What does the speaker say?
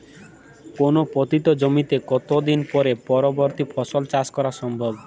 কোনো পতিত জমিতে কত দিন পরে পরবর্তী ফসল চাষ করা সম্ভব?